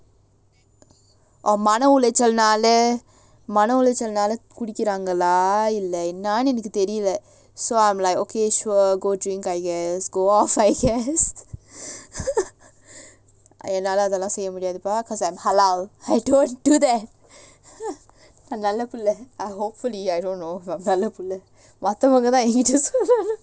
or மனஉளைச்சலினாலமனஉளைச்சலினாலகுடிக்கிறாங்களாஇல்லஎன்னன்னுஎனக்குதெரியல:mana ulaichalinala mana ulaichalinala kudikirangala illa ennanu enaku theriyala so I'm like okay sure go drink I guess go off I guess அதுனாலஅதெல்லாம்செய்யமுடியாது:adhunala adhellam seyya mudiathu because I'm halal I don't do that நல்லபிள்ளை:nalla pilla hopefully I don't know but